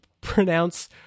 pronounce